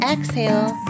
Exhale